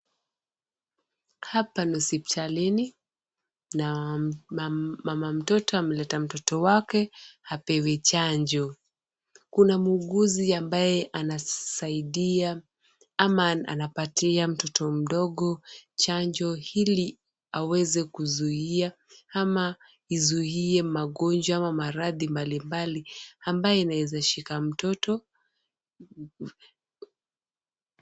Hapa ni hospitalini na mama mtoto ameleta mtoto wake apewe chanjo. Kuna muuguzi ambaye anasaidia ama anapatia mtoto mdogo chanjo ili aweze kuzuia ama izuie magonjwa ama maradhi mbalimbali ambayo inawezashika mtoto.